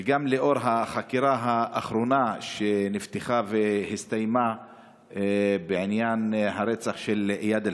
וגם לנוכח החקירה האחרונה שנפתחה והסתיימה בעניין הרצח של איאד אלחלאק,